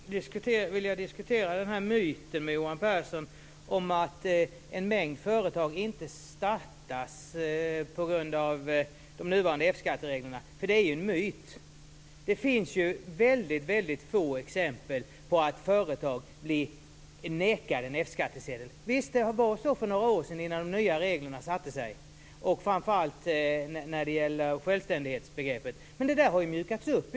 Fru talman! Jag skulle vilja diskutera den här myten om att en mängd företag inte startas på grund av de nuvarande F-skattereglerna. För det är ju en myt. Det finns väldigt få exempel på att företag blir nekade F-skattsedel. Visst, det var så för några år sedan innan de nya reglerna satte sig, framför allt när det gäller självständighetsbegreppet. Men det där har ju mjukats upp.